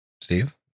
Steve